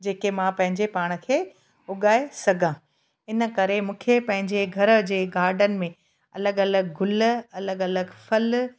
जेके मां पंहिंजे पाण खे उगाए सघां इन करे मूंखे पंहिंजे घर जे गार्डन में अलॻि अलॻि गुल अलॻि अलॻि फल